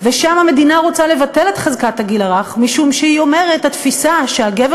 המדינה רוצה לבטל את חזקת הגיל הרך משום שהיא אומרת שהתפיסה שהגבר